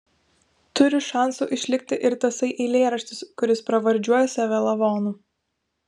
turi šansų išlikti ir tasai eilėraštis kuris pravardžiuoja save lavonu